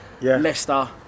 Leicester